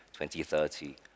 2030